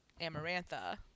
Amarantha